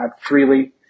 freely